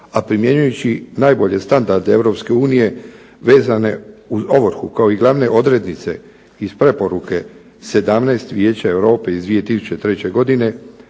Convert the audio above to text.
a primjenjujući najbolje standarde EU vezane uz ovrhu kao i glavne odrednice iz preporuke 17. Vijeća Europe iz 2003. godine